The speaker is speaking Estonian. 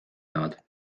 jäävad